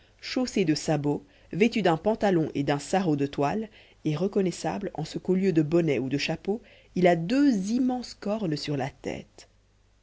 chaussé de sabots vêtu d'un pantalon et d'un sarrau de toile et reconnaissable en ce qu'au lieu de bonnet ou de chapeau il a deux immenses cornes sur la tête